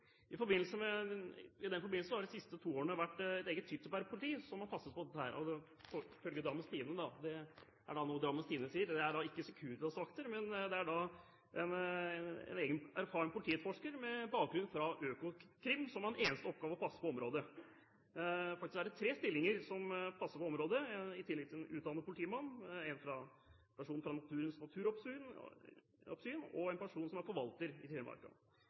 den forbindelse har det de siste to årene vært et eget tyttebærpoliti som har passet på dette, ifølge Drammens Tidende – det er noe Drammens Tidende skriver. Det er ikke Securitas-vakter, men en erfaren politietterforsker med bakgrunn fra Økokrim som har som eneste oppgave å passe på området. Faktisk er det tre stillinger som passer på området. I tillegg til en utdannet politimann er det en person fra Statens naturoppsyn og en person som er forvalter i